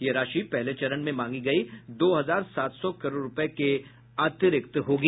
यह राशि पहले चरण में मांगी गयी दो हजार सात सौ करोड़ रूपये के अतिरिक्त होगी